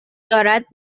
دارد